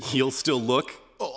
he'll still look o